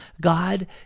God